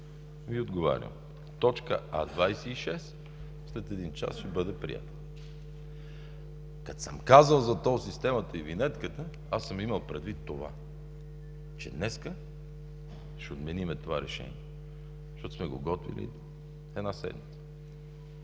Ви отговарям: точка А 26 след един час ще бъде приета. Като съм казал за тол системата и винетката, аз съм имал предвид това, че днес ще отменим това решение, защото сме го готвили една седмица.